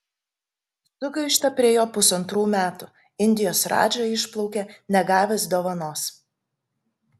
sugaišta prie jo pusantrų metų indijos radža išplaukia negavęs dovanos